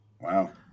Wow